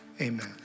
amen